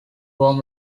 warm